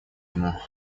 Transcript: ему